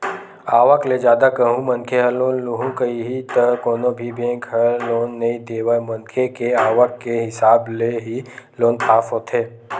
आवक ले जादा कहूं मनखे ह लोन लुहूं कइही त कोनो भी बेंक ह लोन नइ देवय मनखे के आवक के हिसाब ले ही लोन पास होथे